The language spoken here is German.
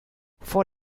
vor